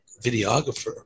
videographer